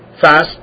fast